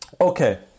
okay